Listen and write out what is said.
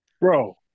Bro